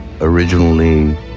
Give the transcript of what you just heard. originally